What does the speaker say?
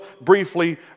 briefly